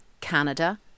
Canada